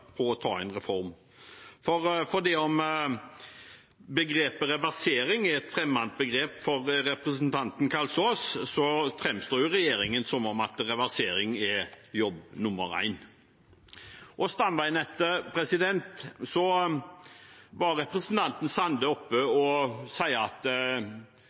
reform. Selv om begrepet reversering er fremmed for representanten Kalsås, framstår jo regjeringen som om reversering er jobb nummer én. Når det gjelder stamveinettet, var representanten Sande oppe og sa at